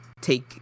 take